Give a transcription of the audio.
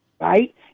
right